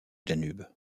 danube